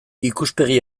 ikuspegi